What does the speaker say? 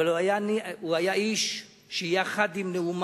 אבל הוא היה איש שיחד עם נאומיו,